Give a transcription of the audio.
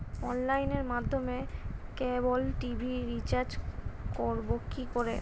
অনলাইনের মাধ্যমে cable TV recharge করব কি করে?